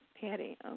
Patty